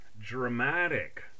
dramatic